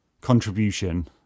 contribution